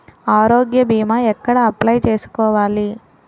ఆరోగ్య భీమా ఎక్కడ అప్లయ్ చేసుకోవాలి?